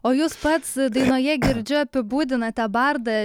o jūs pats dainoje girdžiu apibūdinate bardą